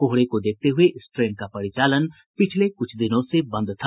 कोहरे को देखते हुए इस ट्रेन का परिचालन पिछले कुछ दिनों से बंद था